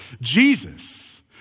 Jesus